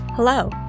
Hello